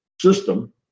system